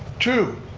two,